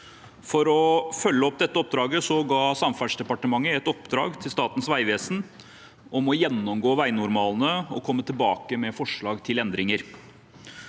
For å følge opp dette oppdraget ga Samferdselsdepartementet et oppdrag til Statens vegvesen om å gjennomgå veinormalene og komme tilbake med forslag til endringer.